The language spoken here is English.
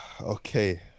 Okay